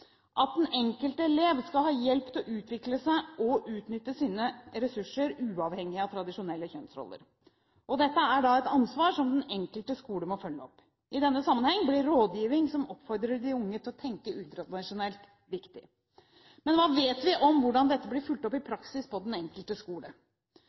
at den enkelte elev skal ha hjelp til å utvikle seg og utnytte sine ressurser, uavhengig av tradisjonelle kjønnsroller. Dette er da et ansvar som den enkelte skole må følge opp. I denne sammenheng blir rådgiving som oppfordrer de unge til å tenke utradisjonelt, viktig. Men hva vet vi om hvordan dette blir fulgt opp i